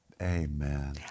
Amen